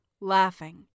laughing